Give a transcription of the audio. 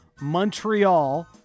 Montreal